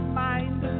mind